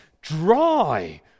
dry